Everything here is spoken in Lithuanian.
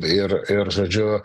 ir ir žodžiu